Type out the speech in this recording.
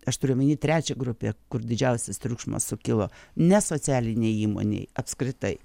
aš turiu omeny trečią grupę kur didžiausias triukšmas sukilo ne socialinei įmonei apskritai